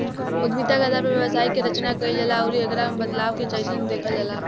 उद्यमिता के आधार पर व्यवसाय के रचना कईल जाला आउर एकरा के बदलाव के जइसन देखल जाला